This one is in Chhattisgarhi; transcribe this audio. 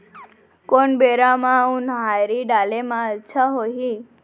कोन बेरा म उनहारी डाले म अच्छा होही?